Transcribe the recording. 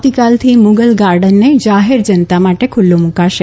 આવતીકાલથી મુઘલ ગાર્ડનને જાહેર જનતા માટે ખૂલ્લો મૂક્યો